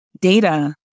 data